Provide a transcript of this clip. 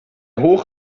hoch